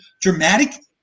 dramatic